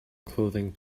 clothing